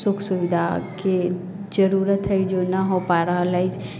सुख सुविधाके जरुरत है जो नहि हो पा रहल अछि